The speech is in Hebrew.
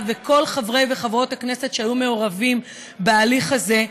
וכל חברי וחברות הכנסת שהיו מעורבים בהליך הזה,